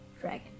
Dragon